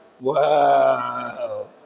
wow